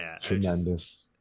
Tremendous